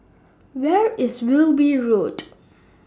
Where IS Wilby Road